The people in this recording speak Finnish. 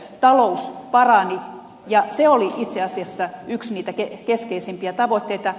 kuntatalous parani ja se oli itse asiassa yksi niitä keskeisimpiä tavoitteita